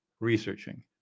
researching